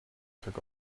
took